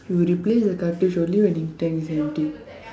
if you replace the cartridge only when in tank is empty